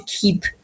keep